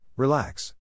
Relax